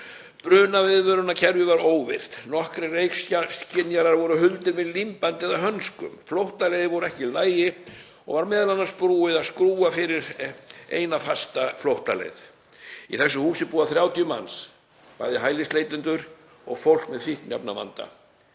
brunaviðvörunarkerfi var óvirkt, nokkrir reykskynjarar voru huldir með límbandi eða hönskum, flóttaleiðir voru ekki í lagi og var m.a. búið að loka fyrir eina fasta flóttaleið. Í þessu húsi búa 30 manns, bæði hælisleitendur og fólk með fíkniefnavanda.